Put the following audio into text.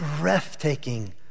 breathtaking